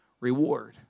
reward